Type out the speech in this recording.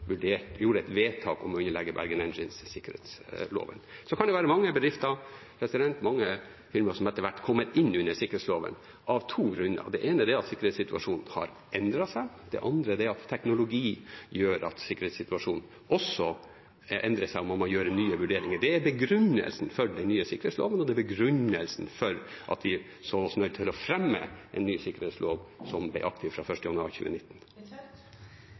gjorde et vedtak om å legge Bergen Engines inn under sikkerhetsloven. Så kan det være mange bedrifter og mange kunder som etter hvert kommer inn under sikkerhetsloven, av to grunner. Det ene er at sikkerhetssituasjonen har endret seg. Det andre er at teknologi gjør at sikkerhetssituasjonen også endrer seg, og da må man gjøre nye vurderinger. Det er begrunnelsen for den nye sikkerhetsloven, og det er begrunnelsen for at vi så oss nødt til å fremme en ny sikkerhetslov, som ble aktiv fra 1. januar 2019.